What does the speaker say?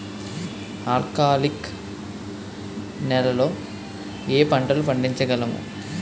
ఆల్కాలిక్ నెలలో ఏ పంటలు పండించగలము?